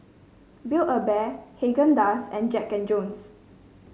Build A Bear Haagen Dazs and Jack And Jones